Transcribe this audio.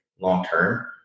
long-term